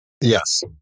Yes